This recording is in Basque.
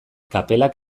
kapelak